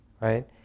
Right